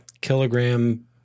kilogram